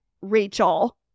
Rachel